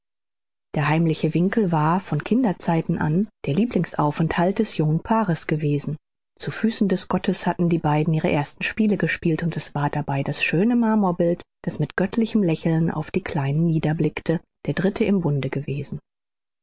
der heimliche winkel war von kinderzeiten an der lieblingsaufenthalt des jungen paares gewesen zu füßen des gottes hatten die beiden ihre ersten spiele gespielt und es war dabei das schöne marmorbild das mit göttlichem lächeln auf die kleinen niederblickte der dritte im bunde gewesen